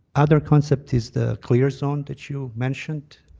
other concept is the clear zone that you mentioned.